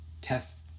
test